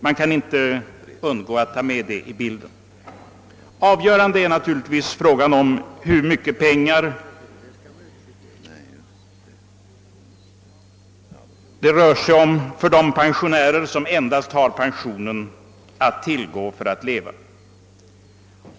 Man kan inte undgå att ta med detta i bilden. Avgörande är naturligtvis frågan hur mycket pengar det rör sig om för de pensionärer som endast har pensionen att tillgå för sitt livsuppehälle.